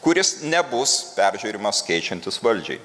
kuris nebus peržiūrimas keičiantis valdžiai